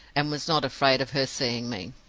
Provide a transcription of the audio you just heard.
and was not afraid of her seeing me.